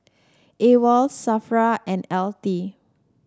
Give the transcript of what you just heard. AWOL Safra and L T